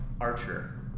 archer